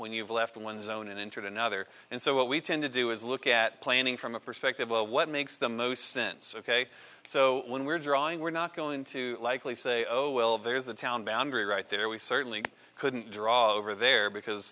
when you've left one zone and entered another and so what we tend to do is look at planning from a perspective well what makes the most since ok so when we're drawing we're not going to likely say oh well there's a town boundary right there we certainly couldn't draw over there because